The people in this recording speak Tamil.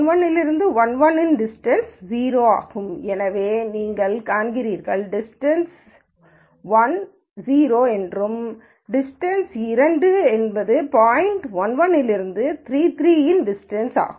ஆகவேநீங்கள் காண்கிறீர்கள் டிஸ்டன்ஸ் ஒன்று 0 என்றும் டிஸ்டன்ஸ் இரண்டு என்பது பாய்ன்ட்யின் 1 1 இலிருந்து 3 3 இன் டிஸ்டன்ஸ் ஆகும்